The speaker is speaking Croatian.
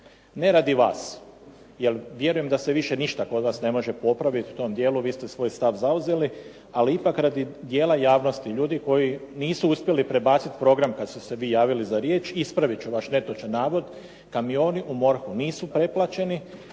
Ne radi vas, jer vjerujem da se više ništa kod vas ne može popraviti u tom dijelu, vi ste svoj stav zauzeli, ali ipak radi dijela javnosti ljudi koji niste uspjeli prebaciti program kada ste se vi javili za riječ, ispraviti ću vaš netočan navod. Kamioni u MORH-u nisu preplaćeni,